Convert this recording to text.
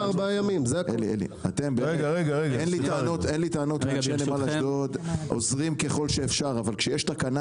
אין לי טענות- -- עוזרים ככל האפשר אבל כשיש תקנה